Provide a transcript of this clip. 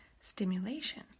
stimulation